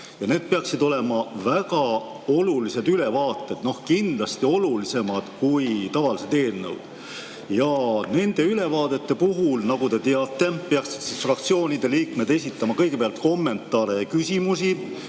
Need peaksid olema väga olulised ülevaated, kindlasti olulisemad kui tavalised eelnõud. Nende ülevaadete puhul, nagu te teate, peaksid fraktsioonide liikmed esitama kõigepealt kommentaare ja küsimusi,